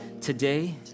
Today